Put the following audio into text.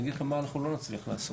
אגיד לכם מה אנחנו לא נצליח לעשות.